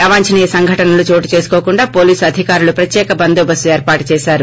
అవాంఛనీయ సంఘటనలు చోటుచేసుకోకుండా పోలీసు అధికారులు ప్రత్యేక బందోబస్తు ఏర్పాటు చేశారు